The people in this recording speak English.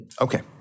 Okay